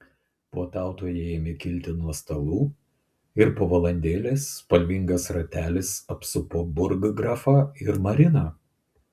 puotautojai ėmė kilti nuo stalų ir po valandėlės spalvingas ratelis apsupo burggrafą ir mariną